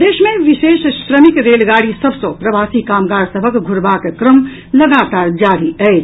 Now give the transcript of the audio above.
प्रदेश मे विशेष श्रमिक रेलगाड़ी सभ सँ प्रवासी कामगार सभक घु्रबाक क्रम लगातार जारी अछि